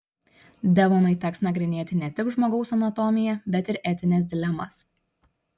devonui teks nagrinėti ne tik žmogaus anatomiją bet ir etines dilemas